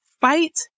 fight